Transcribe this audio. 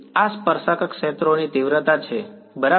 તેથી આ સ્પર્શક ક્ષેત્રોની તીવ્રતા છે બરાબર